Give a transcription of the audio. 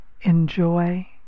enjoy